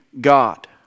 God